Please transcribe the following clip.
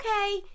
Okay